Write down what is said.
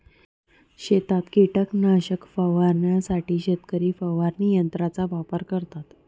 शेतात कीटकनाशक फवारण्यासाठी शेतकरी फवारणी यंत्राचा वापर करतात